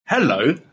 Hello